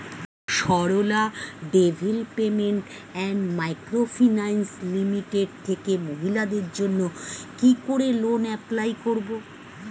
Sarala development and micro finance limited থেকে মহিলাদের জন্য কি করে লোন এপ্লাই করব?